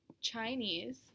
Chinese